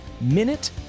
Minute